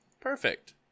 Perfect